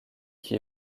qui